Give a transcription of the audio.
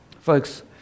folks